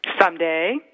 Someday